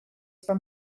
from